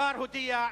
השר הודיע,